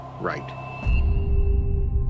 right